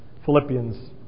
Philippians